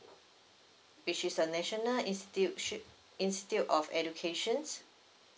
which is a national institute ship institute of education